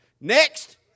next